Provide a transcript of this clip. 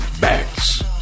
bags